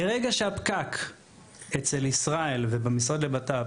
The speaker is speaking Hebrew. ברגע שהפקק אצל ישראל ובמשרד לבט"פ